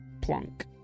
Plunk